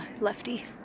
lefty